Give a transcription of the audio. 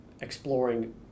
exploring